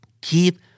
Keep